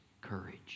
courage